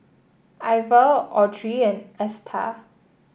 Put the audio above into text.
Iver Audrey and Esta